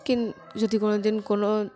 কিন যদি কোনো দিন কোনো